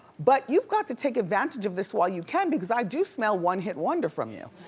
but you've got to take advantage of this while you can, because i do smell one hit wonder from you.